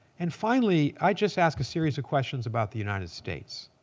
and finally, i just ask a series of questions about the united states.